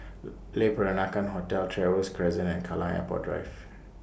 Le Peranakan Hotel Trevose Crescent and Kallang Airport Drive